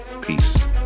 peace